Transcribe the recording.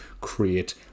create